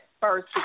first